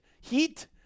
heat